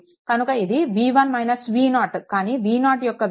కనుక ఇది V1 - V0 కానీ V0 యొక్క విలువ 0